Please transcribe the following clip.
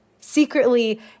secretly